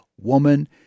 woman